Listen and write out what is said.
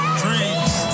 dreams